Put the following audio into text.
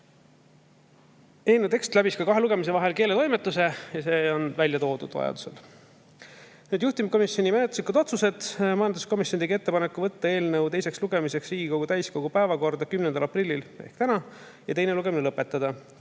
Eelnõu tekst läbis kahe lugemise vahel keeletoimetuse, [parandused on välja toodud]. Nüüd juhtivkomisjoni menetluslikud otsused. Majanduskomisjon tegi ettepaneku võtta eelnõu teiseks lugemiseks Riigikogu täiskogu päevakorda 10. aprillil ehk täna ja teine lugemine lõpetada.